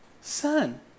son